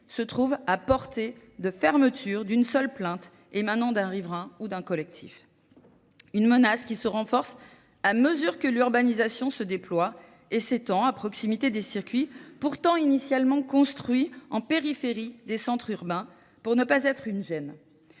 se trouvent à portée de fermeture d'une seule plainte émanant d'un riverain ou d'un collectif. Une menace qui se renforce à mesure que l'urbanisation se déploie et s'étend à proximité des circuits pourtant initialement construits en périphérie des centres urbains pour ne pas être une gêne.